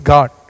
God